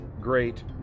great